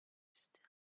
still